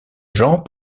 gens